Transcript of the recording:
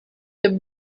the